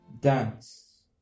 dance